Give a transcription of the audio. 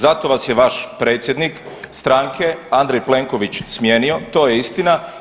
Zato vaš je vaš predsjednik stranke Andrej Plenković smijenio, to je istina.